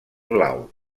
blau